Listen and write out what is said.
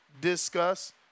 discuss